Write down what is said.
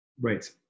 right